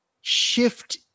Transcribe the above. shift